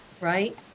right